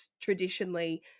traditionally